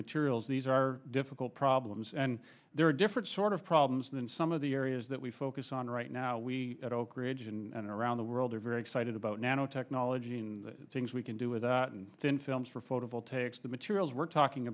materials these are difficult problems and there are different sort of problems and in some of the areas that we focus on right now we at oakridge and around the world are very excited about nanotechnology and things we can do with that and then films for photovoltaics the materials we're talking